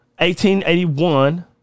1881